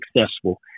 successful